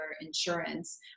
insurance